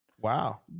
Wow